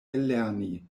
ellerni